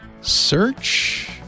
Search